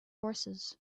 horses